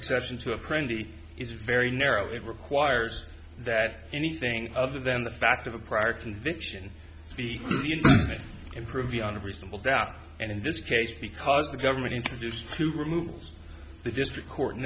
succession to a pretty it's very narrow it requires that anything other than the fact of a prior conviction be improved beyond reasonable doubt and in this case because the government introduced two removals the district court